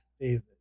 David